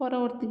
ପରବର୍ତ୍ତୀ